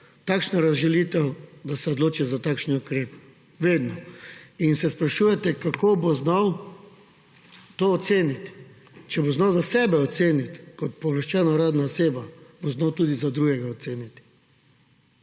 takšna razžalitev, da se odloči za takšen ukrep. Vedno. In se sprašujete, kako bo znal to oceniti. Če bo znal za sebe oceniti kot pooblaščena uradna oseba, bo znal tudi za drugega oceniti.